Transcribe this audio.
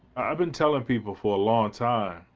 i've been telling people for a long time,